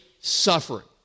suffering